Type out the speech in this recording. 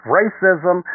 racism